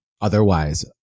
Otherwise